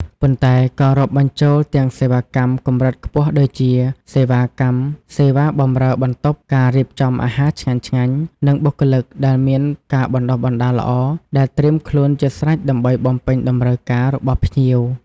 ប៉ុន្តែក៏រាប់បញ្ចូលទាំងសេវាកម្មកម្រិតខ្ពស់ដូចជា សេវាបម្រើបន្ទប់ ការរៀបចំអាហារឆ្ងាញ់ៗ និងបុគ្គលិកដែលមានការបណ្តុះបណ្តាលល្អ ដែលត្រៀមខ្លួនជាស្រេចដើម្បីបំពេញតម្រូវការរបស់ភ្ញៀវ។